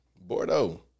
Bordeaux